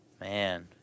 Man